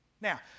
Now